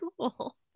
cool